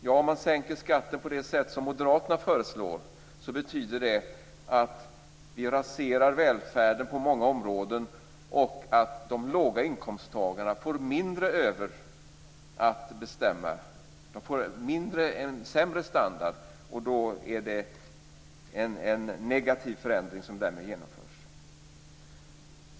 Ja, om man sänker skatten på det sätt som moderaterna föreslår betyder det att vi raserar välfärden på många områden och att låginkomsttagarna får mindre att bestämma över. De får en sämre standard, och därmed är det en negativ förändring, om den genomförs.